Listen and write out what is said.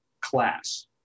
class